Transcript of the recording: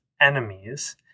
enemies